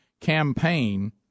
campaign